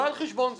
לא על חשבון זמני.